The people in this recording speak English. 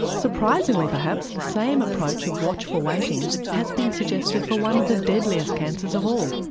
surprisingly perhaps the same approach of watchful waiting has been suggested for one of the deadliest cancers of all,